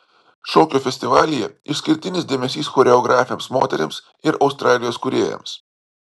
šokio festivalyje išskirtinis dėmesys choreografėms moterims ir australijos kūrėjams